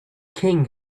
king